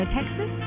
Texas